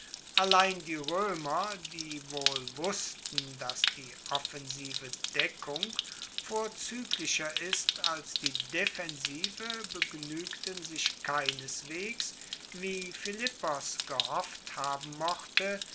allein die roemer die wohl wussten dass die offensive deckung vorzueglicher ist als die defensive begnuegten sich keineswegs wie philippos gehofft haben mochte